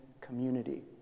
community